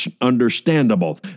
understandable